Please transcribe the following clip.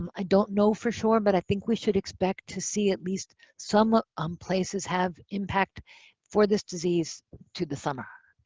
um i don't know for sure, but i think we should expect to see at least some ah um places have impact for this disease through the summer.